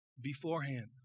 beforehand